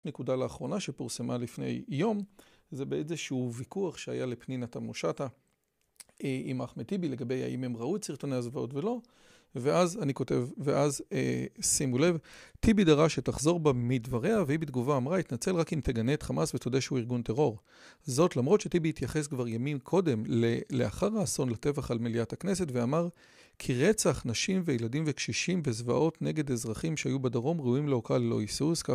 נקודה לאחרונה שפורסמה לפני יום, זה באיזשהו ויכוח שהיה לפנינה תמנו שטה עם אחמד טיבי לגבי האם הם ראו את סרטוני הזוועות ולא. ואז, אני כותב, ואז, שימו לב, טיבי דרש שתחזור בה מדבריה, והיא בתגובה אמרה, אתנצל רק אם תגנה את חמאס ותודה שהוא ארגון טרור. זאת למרות שטיבי התייחס כבר ימים קודם, ל... לאחר האסון, לטבח על מליאת הכנסת ואמר, כי רצח נשים וילדים וקשישים, וזוועות נגד אזרחים שהיו בדרום ראוים להוקעה ללא היסוס, כך...